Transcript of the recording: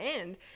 end